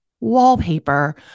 wallpaper